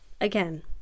again